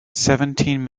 seventeen